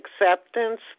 acceptance